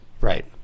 right